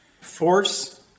force